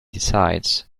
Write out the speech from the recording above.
decides